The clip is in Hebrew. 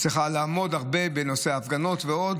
היא צריכה לעבוד הרבה בנושא הפגנות ועוד,